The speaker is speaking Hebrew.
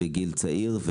בגיל צעיר,